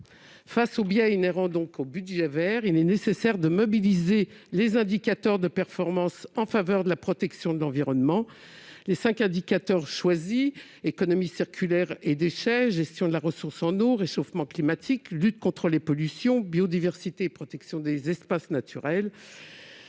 Face aux biais inhérents au budget vert, il est nécessaire de mobiliser les indicateurs de performance en faveur de la protection de l'environnement. Les cinq indicateurs choisis- économie circulaire et déchets, gestion de la ressource en eau, lutte contre le réchauffement climatique, lutte contre les pollutions, biodiversité et protection des espaces naturels